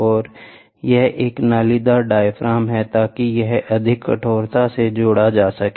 और यहाँ एक नालीदार डायाफ्राम है ताकि यह अधिक कठोरता से जोड़ जा सके